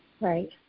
right